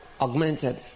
augmented